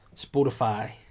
Spotify